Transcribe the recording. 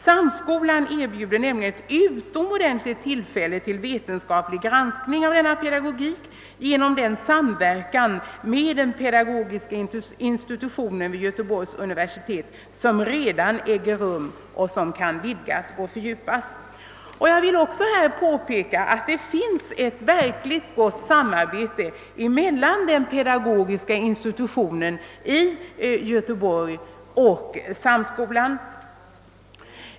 Samskolan erbjuder nämligen ett utomordentligt tillfälle till vetenskaplig granskning av denna pedagogik genom den samverkan med den pedagogiska institutionen vid Göteborgs universitet som redan äger rum och som kan utvidgas och fördjupas.» Jag vill också påpeka att det finns ett verkligt gott samarbete mellan den pedagogiska institutionen i Göteborg och samskolan.